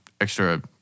extra